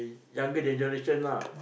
younger generation lah